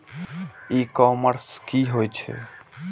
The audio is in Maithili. ई कॉमर्स की होए छै?